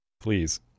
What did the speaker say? Please